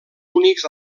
únics